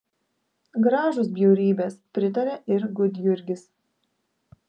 gražūs bjaurybės pritarė ir gudjurgis